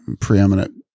preeminent